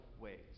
ways